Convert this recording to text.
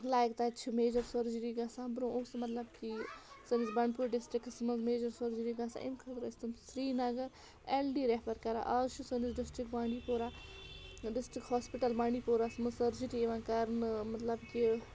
like تَتہِ چھِ major surgery گَژھان برٛونٛہہ اوس نہٕ مَطلَب کہِ سٲنِس بَنڈپوٗرۍ ڈِسٹِرٛکَس مَنٛز میجَر سٔرجٕری گَژھان اَمہِ خٲطرٕ ٲسۍ تِم سرینگر اٮ۪ل ڈی رٮ۪فَر کَران آز چھِ سٲنِس district Bandipora district hospital بانڈی پوراہَس مَنٛز سٔرجٕری یِوان کَرنہٕ مَطلَب کہِ